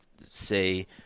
say